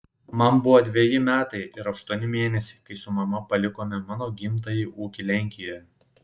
man buvo dveji metai ir aštuoni mėnesiai kai su mama palikome mano gimtąjį ūkį lenkijoje